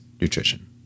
nutrition